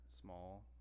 small